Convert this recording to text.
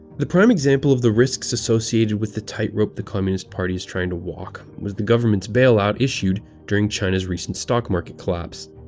the prime example of the risks associated with the tight rope the communist party is trying to walk was the government bailouts issued during china's recent stock market collapse.